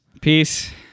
Peace